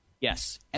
Yes